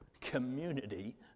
community